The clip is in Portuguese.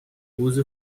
use